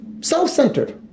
self-centered